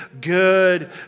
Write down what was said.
good